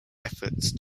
efforts